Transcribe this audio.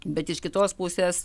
bet iš kitos pusės